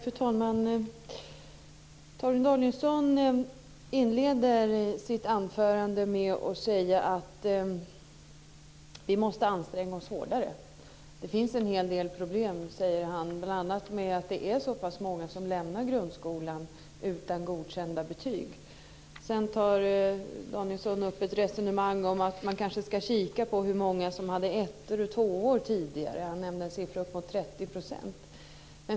Fru talman! Torgny Danielsson inledde sitt anförande med att säga: Vi måste anstränga oss hårdare. Det finns en del problem bl.a. med att det är så många som lämnar grundskolan utan godkända betyg. Sedan tog Torgny Danielsson upp ett resonemang om att man kanske skulle se på hur många det var som hade ettor och tvåor tidigare - han nämnde en siffra på 30 %.